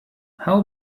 how